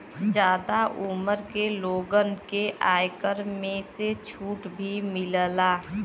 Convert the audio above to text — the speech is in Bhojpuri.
जादा उमर के लोगन के आयकर में से छुट भी मिलला